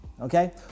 Okay